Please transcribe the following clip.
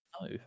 no